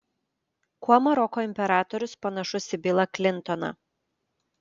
kuo maroko imperatorius panašus į bilą klintoną